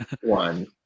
one